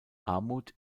armut